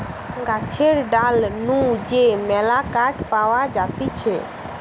গাছের ডাল নু যে মেলা কাঠ পাওয়া যাতিছে